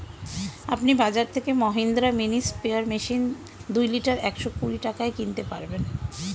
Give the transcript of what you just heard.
আপনি বাজর থেকে মহিন্দ্রা মিনি স্প্রেয়ার মেশিন দুই লিটার একশো কুড়ি টাকায় কিনতে পারবেন